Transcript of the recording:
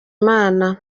imana